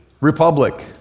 republic